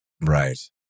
Right